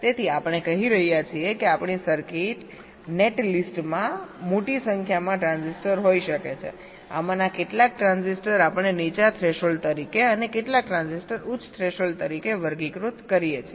તેથી આપણે કહી રહ્યા છીએ કે આપણી સર્કિટ નેટલિસ્ટમાં મોટી સંખ્યામાં ટ્રાન્ઝિસ્ટર હોઈ શકે છે આમાંના કેટલાક ટ્રાન્ઝિસ્ટર આપણે નીચા થ્રેશોલ્ડ તરીકે અને કેટલાક ટ્રાન્ઝિસ્ટર ઉચ્ચ થ્રેશોલ્ડ તરીકે વર્ગીકૃત કરીએ છીએ